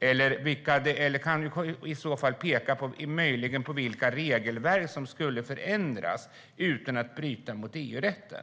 Kan Jan Ericson i så fall peka på vilka regelverk som skulle förändras utan att man bryter mot EU-rätten?